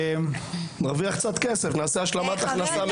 נרוויח קצת כסף, נעשה השלמת הכנסה.